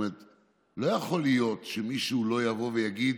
לא יכול להיות שמישהו לא יבוא ויגיד: